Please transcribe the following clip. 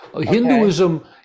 Hinduism